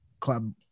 club